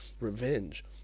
revenge